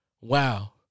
wow